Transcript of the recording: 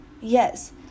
Yes